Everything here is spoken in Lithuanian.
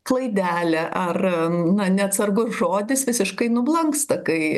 klaidelė ar na neatsargus žodis visiškai nublanksta kai